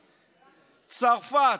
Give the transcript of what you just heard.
צרפת,